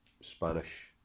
Spanish